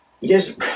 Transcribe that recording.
yes